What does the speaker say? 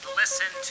listen